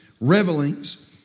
revelings